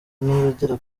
n’abagera